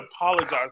apologize